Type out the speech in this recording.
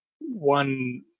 One